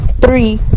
three